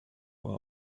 were